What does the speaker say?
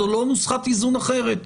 זו לא נוסחת איזון אחרת.